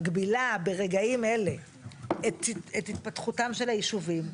מגבילה ברגעים אלה את התפתחותם של היישובים.